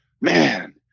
man